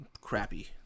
crappy